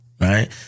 right